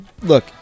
look